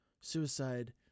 suicide